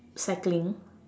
cycling